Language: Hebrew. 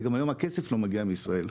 וגם הכסף היום לא מגיע מישראל.